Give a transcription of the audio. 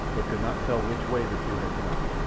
but could not tell which way the two had gone.